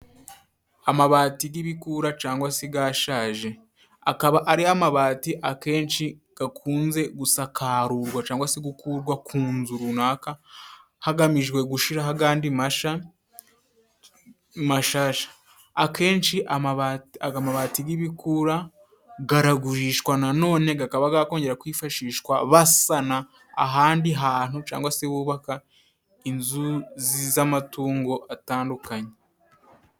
Amabati g'ibikura cangwa se gashaje. Akaba ari amabati akenshi gakunze gusakararurwa canga se gukurwa ku nzu runaka, hagamijwe gushiraho agandi masha, mashasha. Akenshi aga mabati gibikura, garagurishwa na none gakaba gakongera kwifashishwa basana ahandi hantu cangwa se bubaka inzu z'amatungo atandukanye.